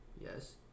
yes